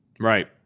Right